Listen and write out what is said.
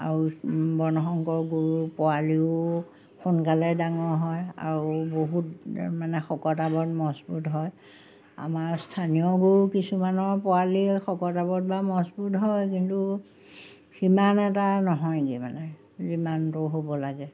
আৰু বৰ্ণসংকৰ গৰুৰ পোৱালিও সোনকালেই ডাঙৰ হয় আৰু বহুত মানে শকত আৱত মজবুত হয় আমাৰ স্থানীয় গৰু কিছুমানৰ পোৱালি শকত আৱত বা মজবুত হয় কিন্তু সিমান এটা নহয়গৈ মানে যিমানটো হ'ব লাগে